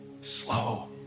slow